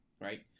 right